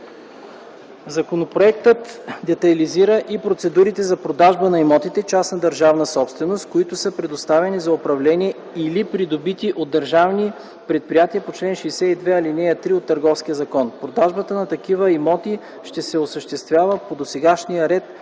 Законопроектът детайлизира и процедурите за продажба на имотите – частна държавна собственост, които са предоставени за управление или придобити от държавни предприятия по чл. 62, ал. 3 от Търговския закон. Продажбата на такива имоти ще се осъществява по досегашния ред